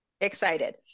excited